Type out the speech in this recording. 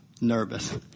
nervous